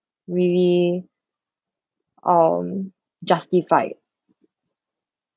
really um justified